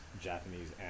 japanese